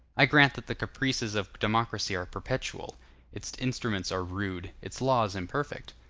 i grant that the caprices of democracy are perpetual its instruments are rude its laws imperfect.